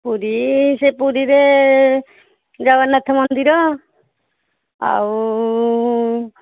ପୁରୀ ସେ ପୁରୀରେ ଜଗନ୍ନାଥ ମନ୍ଦିର ଆଉ